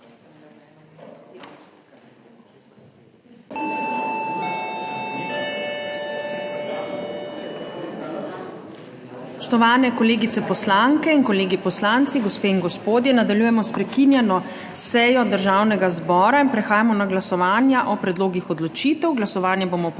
Spoštovane kolegice poslanke in kolegi poslanci, gospe in gospodje! Nadaljujemo s prekinjeno sejo Državnega zbora. Prehajamo na glasovanje o predlogih odločitev. Glasovanje bomo opravili